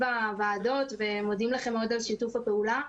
בוועדות ומודים לכם מאוד על שיתוף הפעולה,